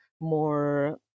more